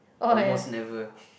almost never